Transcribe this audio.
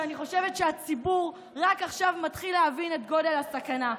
ואני חושבת שהציבור רק עכשיו מתחיל להבין את גודל הסכנה.